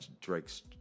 Drake's